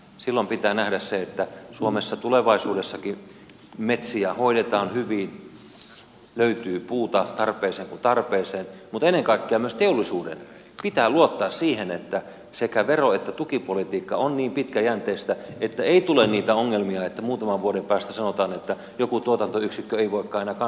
silloin pitää nähdä se että suomessa tulevaisuudessakin metsiä hoidetaan hyvin ja löytyy puuta tarpeeseen kuin tarpeeseen mutta ennen kaikkea myös teollisuuden pitää luottaa siihen että sekä vero että tukipolitiikka on niin pitkäjänteistä että ei tule niitä ongelmia että muutaman vuoden päästä sanotaan että joku tuotantoyksikkö ei voikaan enää kannattaa